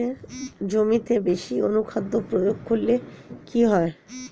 জমিতে বেশি অনুখাদ্য প্রয়োগ করলে কি হয়?